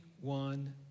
one